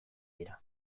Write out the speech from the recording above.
dira